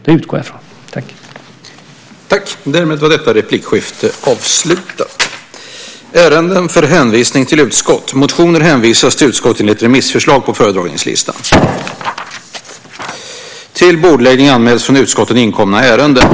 Det utgår jag från att de gör.